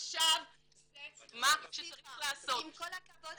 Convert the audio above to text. עכשיו זה מה שצריך לעשות" סליחה עם כל הכבוד,